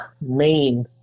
main